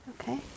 Okay